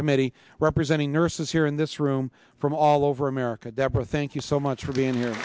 committee representing nurses here in this room from all over america deborah thank you so much for being